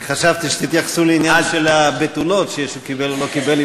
אני חשבתי שתתייחסו לעניין של הבתולות שישו קיבל או לא קיבל,